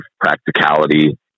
practicality